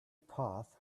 path